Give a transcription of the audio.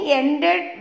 ended